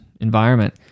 environment